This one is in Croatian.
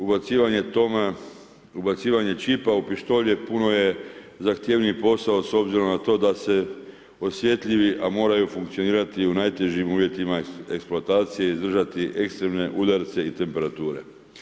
Ubacivanje toga, ubacivanje čipa u pištolje puno je zahtjevniji posao, s obzorom na to da se osjetljivi, a moraju funkcionirati u najtežim uvjetima eksploatacije i izdržati ekstremne udarce i temperature.